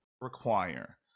require